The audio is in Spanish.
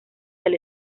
del